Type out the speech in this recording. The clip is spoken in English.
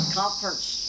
conference